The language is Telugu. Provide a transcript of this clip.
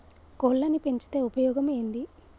కోళ్లని పెంచితే ఉపయోగం ఏంది?